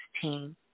team